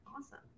Awesome